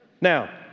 Now